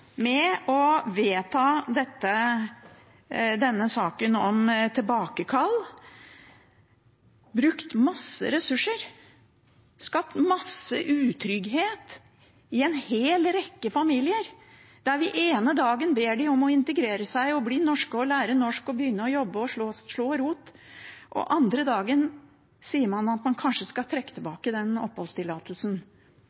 å vedta denne saken om tilbakekall brukt masse ressurser, skapt masse utrygghet i en hel rekke familier. Den ene dagen ber man dem om å integrere seg, bli norske, lære norsk, begynne å jobbe og slå rot, og den andre dagen sier man at man kanskje skal trekke